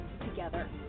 Together